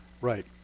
Right